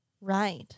Right